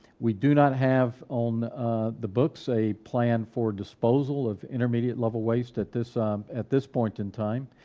we do not have on the books a plan for disposal of intermediate level waste at this at this point in time,